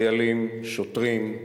חיילים, שוטרים,